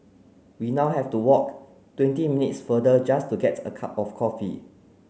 we now have to walk twenty minutes further just to get a cup of coffee